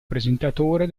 presentatore